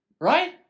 Right